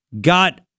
got